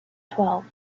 twelve